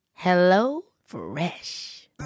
HelloFresh